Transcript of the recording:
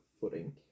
footing